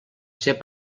ser